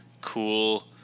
cool